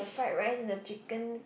fried rice in the chicken